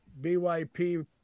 BYP